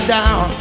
down